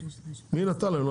--- מי נתן להם?